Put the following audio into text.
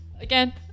again